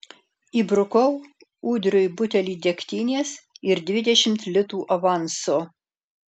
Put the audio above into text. įbrukau ūdriui butelį degtinės ir dvidešimt litų avanso